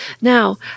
Now